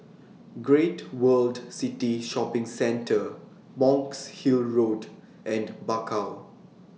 Great World City Shopping Centre Monk's Hill Road and Bakau